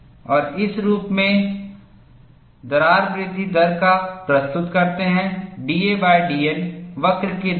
और इस रूप में दरार वृद्धि दर का प्रस्तुत करते हैं dadN वक्र के द्वारा